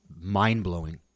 mind-blowing